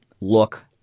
look